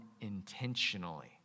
intentionally